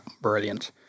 brilliant